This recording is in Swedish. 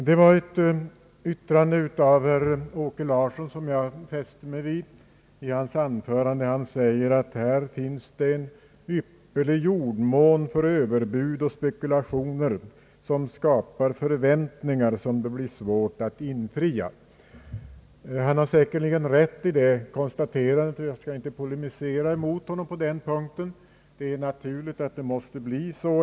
Det var ett yttrande av herr Åke Larsson som jag fäste mig vid. Han säger att det här finns en ypperlig jordmån för överbud och spekulationer som skapar förväntningar som det blir svårt att infria. Han har säkerligen rätt i detta konstaterande, och jag skall inte polemisera mot honom på denna punkt. Det är naturligt att det blir så.